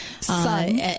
son